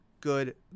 good